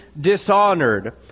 dishonored